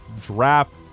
draft